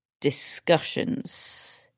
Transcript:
discussions